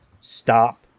stop